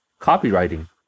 copywriting